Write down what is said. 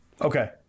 okay